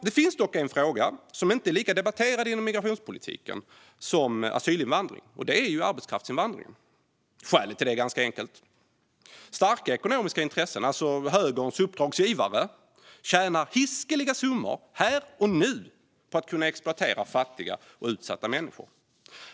Det finns dock en fråga som inte är lika debatterad inom migrationspolitiken som asylinvandringen, och det är arbetskraftsinvandringen. Skälet till det är ganska enkelt: Starka ekonomiska intressen, alltså högerns uppdragsgivare, tjänar hiskeliga summor, här och nu, på att kunna exploatera fattiga och utsatta människor.